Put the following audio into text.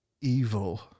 evil